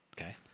Okay